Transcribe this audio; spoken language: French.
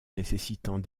nécessitant